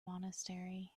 monastery